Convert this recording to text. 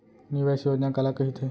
निवेश योजना काला कहिथे?